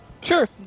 sure